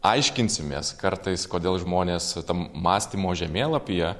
aiškinsimės kartais kodėl žmonės tam mąstymo žemėlapyje